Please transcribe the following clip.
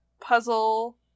puzzle